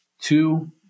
Two